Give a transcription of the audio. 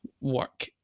work